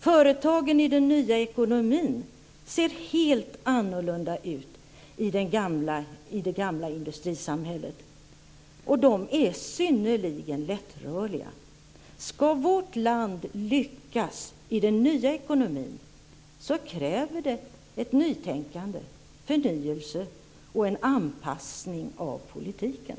Företagen i den nya ekonomin ser helt annorlunda ut än de gjorde i det gamla industrisamhället och de är synnerligen lättrörliga. För att vårt land ska lyckas i den nya ekonomin krävs det ett nytänkande, förnyelse och en anpassning av politiken.